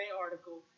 article